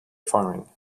farming